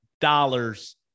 dollars